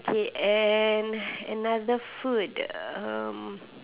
okay and another food um